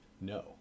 no